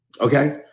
Okay